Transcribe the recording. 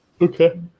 Okay